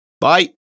bye